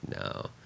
No